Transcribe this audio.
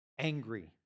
angry